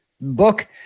book